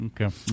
Okay